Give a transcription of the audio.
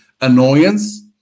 annoyance